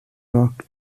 rock